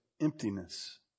emptiness